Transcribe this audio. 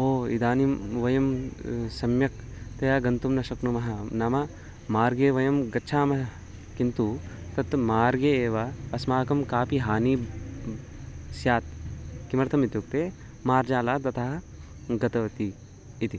ओ इदानीं वयं सम्यक्तया गन्तुं न शक्नुमः नाम मार्गे वयं गच्छामः किन्तु तत् मार्गे एव अस्माकं कापि हानि स्यात् किमर्थम् इत्युक्ते मार्जाल ततः गतवती इति